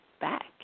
back